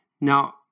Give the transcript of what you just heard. Now